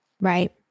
Right